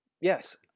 Yes